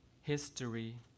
history